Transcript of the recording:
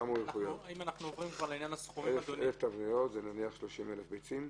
1,000 תבניות זה נניח 30,000 ביצים?